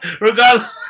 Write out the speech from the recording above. Regardless